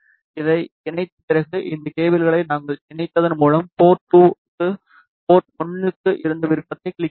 இதை இணைத்த பிறகு இந்த கேபிள்களை நாங்கள் இணைத்ததன் மூலம் போர்ட் 2 க்கு போர்ட் 1 க்கு இந்த விருப்பத்தை கிளிக் செய்யவும்